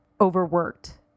overworked